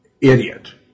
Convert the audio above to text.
idiot